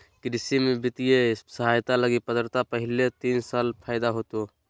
कृषि में वित्तीय सहायता लगी पात्रता पहले तीन साल फ़ायदा होतो